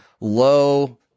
low